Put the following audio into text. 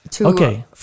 Okay